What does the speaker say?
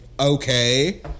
Okay